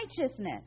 righteousness